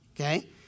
Okay